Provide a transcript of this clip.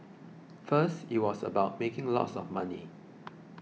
first it was about making lots of money